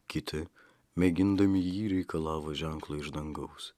kiti mėgindami jį reikalavo ženklo iš dangaus